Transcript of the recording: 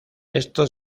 esto